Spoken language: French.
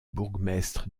bourgmestre